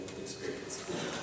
experience